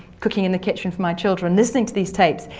cooking in the kitchen for my children, listening to these tapes,